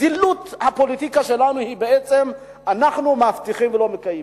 זילות הפוליטיקה שלנו היא בעצם שאנחנו מבטיחים ולא מקיימים.